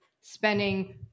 spending